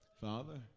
Father